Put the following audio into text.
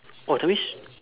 !wah! that means